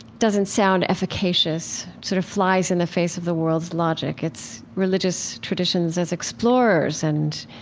doesn't sound efficacious, sort of flies in the face of the world's logic. it's religious traditions as explorers and,